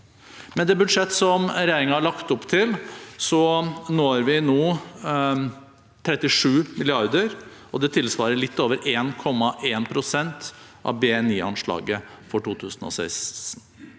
Med det budsjettet som regjeringen har lagt opp til, når vi nå 37 mrd. kr, og det tilsvarer litt over 1,1 pst. av BNIanslaget for 2016.